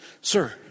sir